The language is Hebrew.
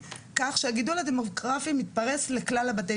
כך שהגידול הדמוגרפי מתפרש לכלל בתי